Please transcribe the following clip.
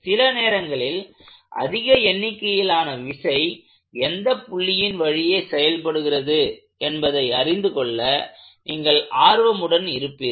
சில நேரங்களில் அதிக எண்ணிக்கையிலான விசை எந்த புள்ளியின் வழியே செயல்படுகிறது என்பதை அறிந்துகொள்ள நீங்கள் ஆர்வமுடன் இருப்பீர்கள்